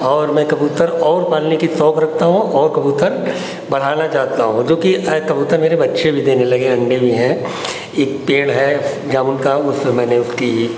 और मैं कबूतर और पालने का शौक रखता हूँ और कबूतर बढ़ाना चाहता हूँ जोकि कबूतर मेरे बच्चे भी देने लगे हैं अण्डे भी हैं एक पेड़ है जामुन का उसपर मैंने उसकी